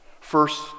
First